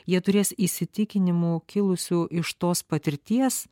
jie turės įsitikinimų kilusių iš tos patirties